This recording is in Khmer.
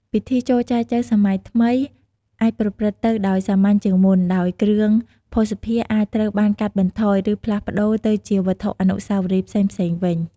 ពិធីចែចូវសម័យថ្មីអាចប្រព្រឹត្តទៅដោយសាមញ្ញជាងមុន ដោយ គ្រឿងភស្តុភារអាចត្រូវបានកាត់បន្ថយ ឬផ្លាស់ប្ដូរទៅជាវត្ថុអនុស្សាវរីយ៍ផ្សេងៗវិញ។